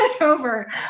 over